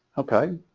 ok,